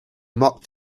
mock